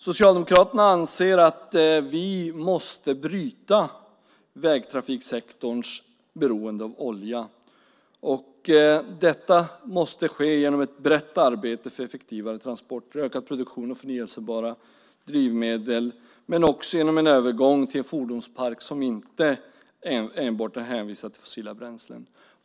Socialdemokraterna anser att vi måste bryta vägtrafiksektorns beroende av olja. Detta måste ske genom ett brett arbete för effektivare transporter och ökad produktion av förnybara drivmedel men också genom en övergång till en fordonspark som inte enbart är hänvisad till fossila bränslen.